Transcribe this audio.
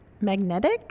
magnetic